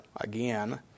again